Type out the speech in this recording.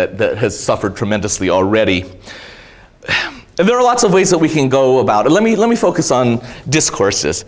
and that has suffered tremendously already and there are lots of ways that we can go about it let me let me focus on discourses